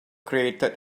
created